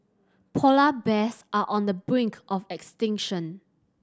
polar bears are on the brink of extinction